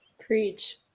Preach